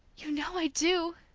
you know i do!